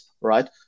right